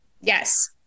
yes